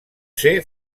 ser